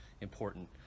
important